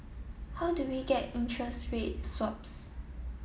how do we get interest rate swaps